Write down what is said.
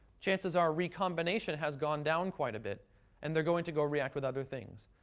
chances are recombination has gone down quite a bit and they're going to go react with other things.